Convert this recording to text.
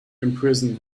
imprison